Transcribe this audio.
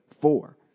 four